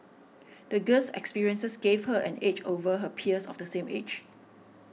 the girl's experiences gave her an edge over her peers of the same age